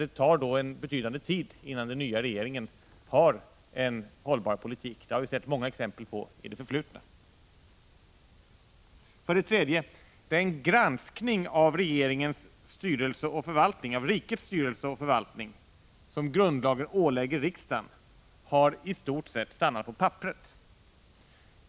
Det tar då betydande tid innan den nya regeringen har en hållbar politik. Det har vi sett många exempel på i det förflutna. För det tredje: Den granskning av rikets styrelse och förvaltning som grundlagen ålägger riksdagen har i stort sett stannat på papperet.